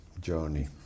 journey